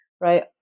right